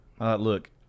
Look